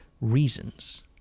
reasons